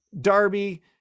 Darby